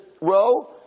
row